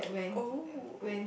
ate when